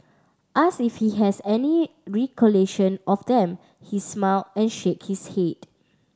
ask if he has any recollection of them he smile and shakes head